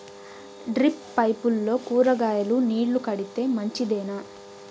Drip పైపుల్లో కూరగాయలు నీళ్లు కడితే మంచిదేనా?